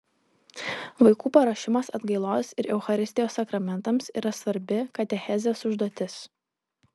vaikų paruošimas atgailos ir eucharistijos sakramentams yra svarbi katechezės užduotis